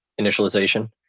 initialization